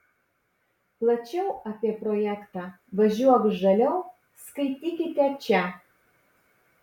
plačiau apie projektą važiuok žaliau skaitykite čia